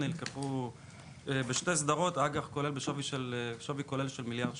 ונלקח אג"ח בשווי כולל של מיליארד שקלים.